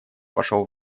пошел